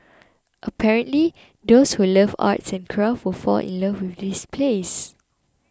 apparently those who love arts and crafts will fall in love with this place